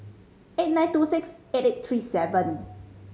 eight nine two six eight eight three seven